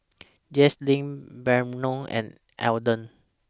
Jaslene Brannon and Alden